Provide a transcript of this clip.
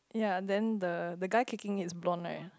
ya then the the guy kicking his bone right